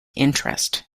interest